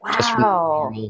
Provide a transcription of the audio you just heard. Wow